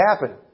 happen